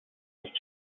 nicht